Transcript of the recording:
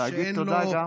גם להגיד תודה.